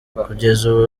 kugeza